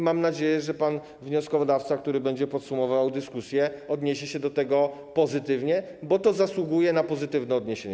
Mam nadzieję, że pan wnioskodawca, który będzie podsumowywał dyskusję, odniesie się do tego pozytywnie, bo to zasługuje na pozytywne odniesienie.